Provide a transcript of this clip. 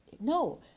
No